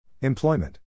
Employment